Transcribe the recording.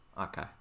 Okay